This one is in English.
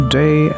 day